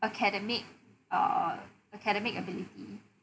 academic or academic ability